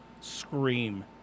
scream